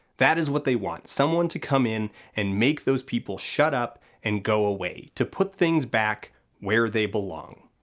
that is what they want someone to come in and make those people shut up and go away, to put things back where they belong.